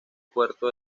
puerto